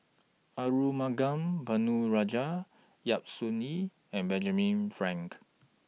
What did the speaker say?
Arumugam Ponnu Rajah Yap Su Yin and Benjamin Frank